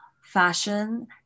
fashion